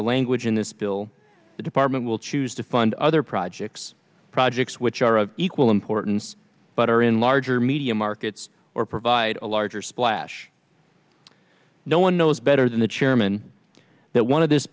the language in this bill the department will choose to fund other projects projects which are of equal importance but are in larger media markets or provide a larger splash no one knows better than the chairman that one of this